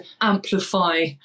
amplify